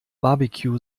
barbecue